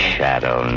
Shadow